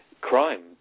crime